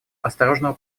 осторожного